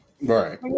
Right